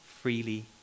freely